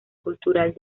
cultural